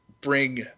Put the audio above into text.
bring